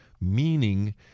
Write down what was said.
Meaning